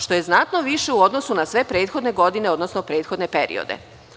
Što je znatno više u odnosu na sve prethodne godine, odnosno prethodne periode.